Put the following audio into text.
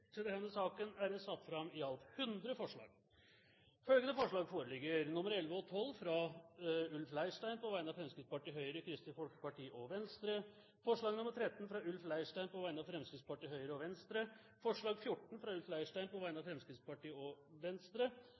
Til denne saken er det satt fram i alt 100 forslag. Det er forslagene nr. 11 og 12, fra Ulf Leirstein på vegne av Fremskrittspartiet, Høyre, Kristelig Folkeparti og Venstre forslag nr. 13, fra Ulf Leirstein på vegne av Fremskrittspartiet, Høyre og Venstre forslag nr. 14, fra Ulf Leirstein på vegne av Fremskrittspartiet og Venstre